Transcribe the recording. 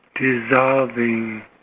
dissolving